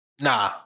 Nah